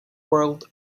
world